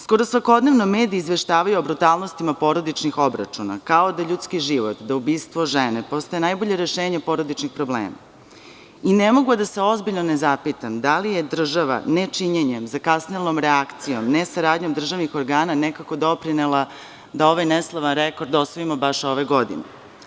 Skoro svakodnevno mediji izveštavaju o brutalnostima porodičnih obračuna kao da ljudski život, da ubistvo žene postaje najbolje rešenje porodičnih problema i ne mogu a da se ozbiljno ne zapitam - da li je država nečinjenjem, zakasnelom reakcijom, nesaradnjom državnih organa nekako doprinela da ovaj neslavan rekord osvojimo baš ove godine?